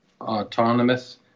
autonomous